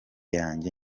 yange